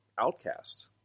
Outcast